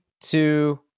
two